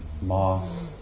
moss